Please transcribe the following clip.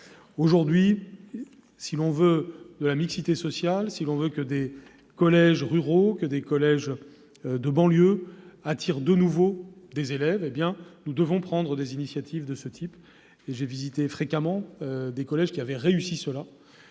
Aujourd'hui, si l'on veut de la mixité sociale, si l'on veut que les collèges ruraux et les collèges de banlieue attirent de nouveau les élèves, il convient de prendre des initiatives de ce type. J'ai fréquemment visité des collèges qui avaient réussi dans